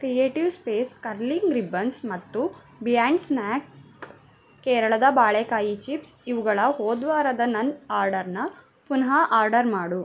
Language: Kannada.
ಕ್ರಿಯೇಟಿವ್ ಸ್ಪೇಸ್ ಕರ್ಲಿಂಗ್ ರಿಬ್ಬನ್ಸ್ ಮತ್ತು ಬಿಯಾಂಡ್ ಸ್ನ್ಯಾಕ್ ಕೇರಳದ ಬಾಳೇಕಾಯಿ ಚಿಪ್ಸ್ ಇವುಗಳ ಹೋದ ವಾರದ ನನ್ನ ಆರ್ಡರನ್ನ ಪುನಃ ಆರ್ಡರ್ ಮಾಡು